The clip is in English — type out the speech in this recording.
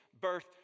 birth